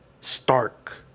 stark